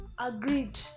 agreed